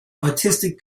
artistic